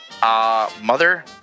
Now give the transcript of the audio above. Mother